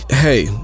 Hey